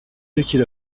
jacquier